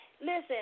Listen